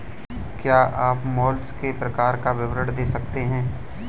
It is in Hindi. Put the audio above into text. क्या आप मोलस्क के प्रकार का विवरण दे सकते हैं?